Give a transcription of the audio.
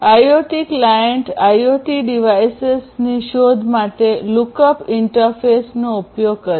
IoT client IoT ડિવાઇસેસની શોધ માટે લુકઅપ ઇન્ટરફેસનો ઉપયોગ કરે છે